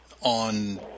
on